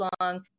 long